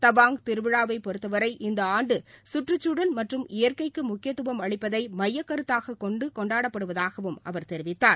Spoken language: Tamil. தவாங் திருவிழாவைப் பொறுத்தவரை இந்தஆண்டுகற்றுச்சூழல் மற்றும் இயற்கைக்குமுக்கியத்துவம் அளிப்பதைமையக்கருத்தாகக் கொண்டுகொண்டாடப்படுவதாகவும் அவர் தெரிவித்தார்